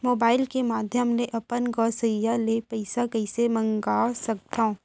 Mobile के माधयम ले अपन गोसैय्या ले पइसा कइसे मंगा सकथव?